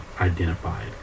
identified